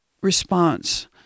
response